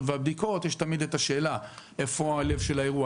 והבדיקות יש תמיד את השאלה איפה הלב של האירוע,